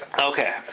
Okay